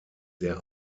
der